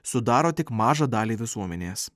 sudaro tik mažą dalį visuomenės